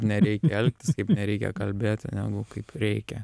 nereikia elgtis kaip nereikia kalbėti negu kaip reikia